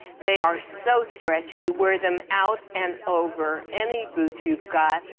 they are so stretchy. wear them out and over any boot you have got.